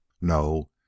NO